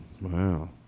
Wow